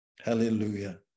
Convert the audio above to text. Hallelujah